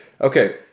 Okay